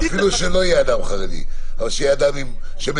אפילו שלא יהיה אדם חרדי, אבל שיהיה אדם שמכיר.